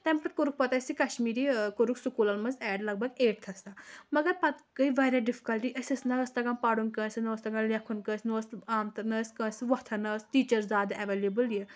تَمہِ پَتہٕ کوٚرُکھ پَتہٕ اَسہِ یہِ کَشمیٖری کوٚرُکھ سکوٗلَن منٛز اٮ۪ڈ لَگ بَگ ایٹتھَس تام مگر پَتہٕ گٔے واریاہ ڈِفکَلٹی أسۍ ٲسۍ نَہ ٲس تَگان پَرُن کٲنٛسہِ نَہ اوس تَگان لٮ۪کھُن کٲنٛسہِ نَہ اوس آمتہٕ نَہ ٲسۍ کٲنٛسہِ وۄتھان نَہ ٲس ٹیٖچَر زیادٕ اٮ۪وَلیبٕل یہِ